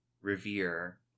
revere